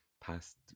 past